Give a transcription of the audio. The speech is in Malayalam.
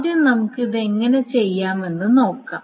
ആദ്യം നമുക്ക് അത് എങ്ങനെ ചെയ്യണമെന്ന് നോക്കാം